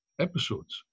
Episodes